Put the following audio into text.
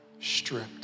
stripped